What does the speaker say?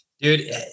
dude